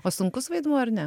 o sunkus vaidmuo ar ne